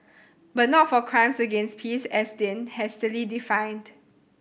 but not for crimes against peace as then hastily defined